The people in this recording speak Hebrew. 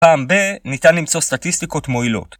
פעם ב- ניתן למצוא סטטיסטיקות מועילות